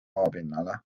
maapinnale